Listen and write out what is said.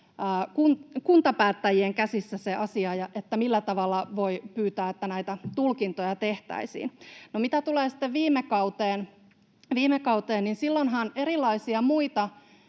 kuntapäättäjien käsissä, millä tavalla voi pyytää, että näitä tulkintoja tehtäisiin. No, mitä tulee sitten viime kauteen, silloinhan erilaisia muita